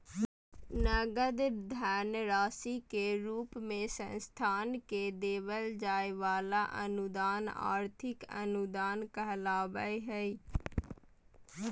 नगद धन राशि के रूप मे संस्था के देवल जाय वला अनुदान आर्थिक अनुदान कहलावय हय